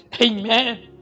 Amen